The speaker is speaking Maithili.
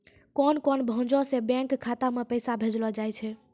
कोन कोन भांजो से बैंक खाता मे पैसा भेजलो जाय छै?